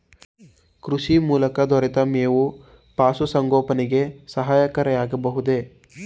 ಕೃಷಿ ಮೂಲಕ ದೊರೆತ ಮೇವು ಪಶುಸಂಗೋಪನೆಗೆ ಸಹಕಾರಿಯಾಗಬಹುದೇ?